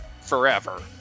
forever